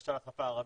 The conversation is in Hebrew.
הנגשה לשפה הערבית,